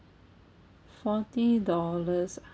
forty dollars ah